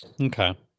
Okay